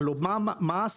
הלוא מה עשו?